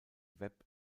web